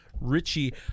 Richie